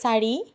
চাৰি